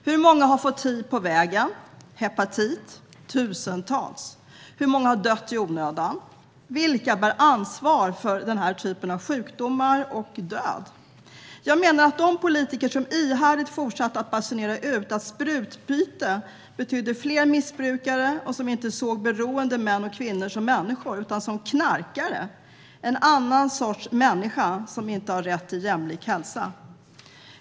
Hur många har fått hiv eller hepatit på vägen? Tusentals! Hur många har dött i onödan, och vilka bär ansvar för denna typ av sjukdomar och död? Jag menar att det är de politiker som ihärdigt fortsatt basunera ut att sprututbyte betyder fler missbrukare och som inte såg beroende män och kvinnor som människor utan som knarkare, en annan sorts människa som inte har rätt till jämlik hälsa.